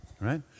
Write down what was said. right